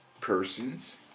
persons